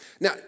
Now